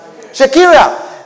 Shakira